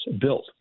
built